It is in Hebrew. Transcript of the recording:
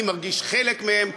אני מרגיש חלק מהם,